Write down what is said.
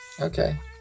Okay